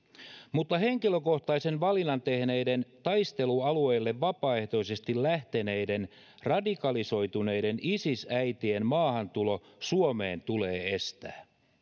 mutta henkilökohtaisen valinnan tehneiden taistelualueille vapaaehtoisesti lähteneiden radikalisoituneiden isis äitien maahantulo suomeen tulee estää